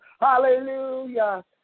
Hallelujah